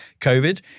COVID